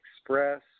Express